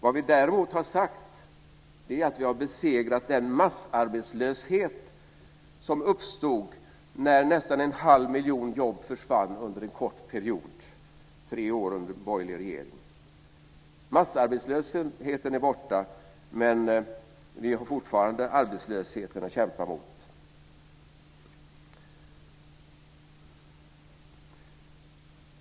Vad vi däremot har sagt är att vi har besegrat den massarbetslöshet som uppstod när nästan en halv miljon jobb försvann under en kort period - tre år under borgerlig regering. Massarbetslösheten är borta, men vi har fortfarande arbetslösheten att kämpa emot.